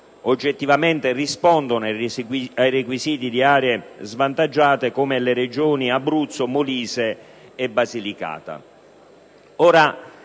oggettivamente rispondono ai requisiti di aree svantaggiate, come Abruzzo, Molise e Basilicata.